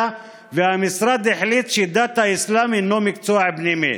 והמשרד החליט שדת האסלאם היא מקצוע פנימי.